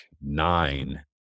nine